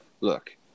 look